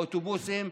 באוטובוסים,